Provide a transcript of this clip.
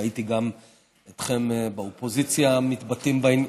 ראיתי גם אתכם באופוזיציה מתבטאים בעניין.